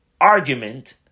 argument